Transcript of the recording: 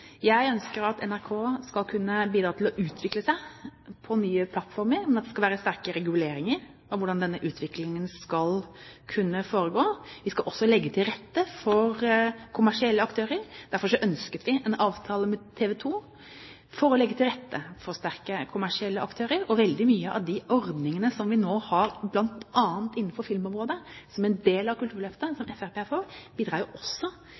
Jeg ønsker at NRK skal kunne bidra til å utvikle seg på nye plattformer, men at det skal være sterke reguleringer for hvordan denne utviklingen skal foregå. Vi skal også legge til rette for kommersielle aktører. Derfor ønsket vi en avtale med TV 2 for å legge til rette for sterke kommersielle aktører, og veldig mange av de ordningene som vi nå har, bl.a. innenfor filmområdet som en del av Kulturløftet – som Fremskrittspartiet er for – bidrar også